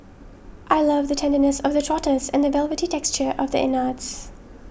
I love the tenderness of the trotters and the velvety texture of the innards